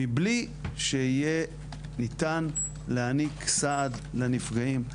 מבלי שניתן יהיה להעניק סעד לנפגעים.